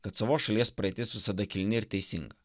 kad savos šalies praeitis visada kilni ir teisinga